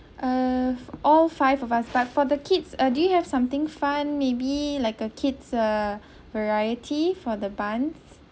uh all five of us but for the kids uh do you have something fun maybe like a kids uh variety for the buns